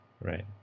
right